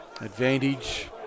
Advantage